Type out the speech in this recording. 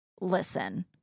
Listen